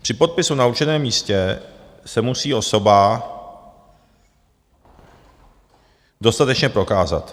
Při podpisu na určeném místě se musí osoba dostatečně prokázat.